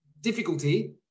difficulty